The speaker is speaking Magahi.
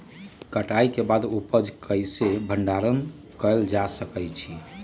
कटाई के बाद उपज के कईसे भंडारण कएल जा सकई छी?